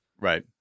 Right